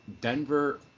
Denver